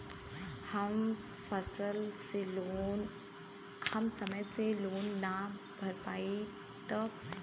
हम समय से लोन ना भर पईनी तब?